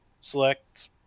select